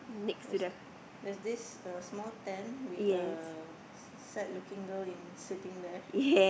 there's there's this the small tent with a sad looking girl in sitting there